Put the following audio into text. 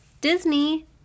Disney